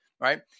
right